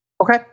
Okay